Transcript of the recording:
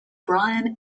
brian